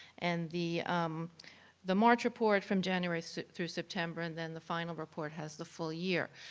and the um the march report, from january through september, and then the final report has the full year.